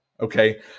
okay